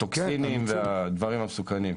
הטוקסינים והדברים המסוכנים.